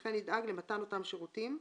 וכן ידאג למתן אותם שירותים,